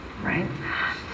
right